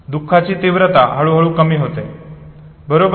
दुखाची तीव्रता हळूहळू कमी होते बरोबर